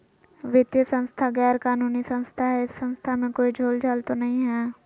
वित्तीय संस्था गैर कानूनी संस्था है इस संस्था में कोई झोलझाल तो नहीं है?